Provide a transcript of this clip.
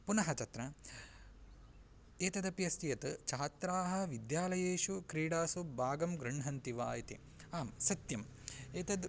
पुनः तत्र एतदपि अस्ति यत् छात्राः विद्यालयेषु क्रीडासु भागं गृह्णन्ति वा इति आम् सत्यम् एतद्